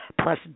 plus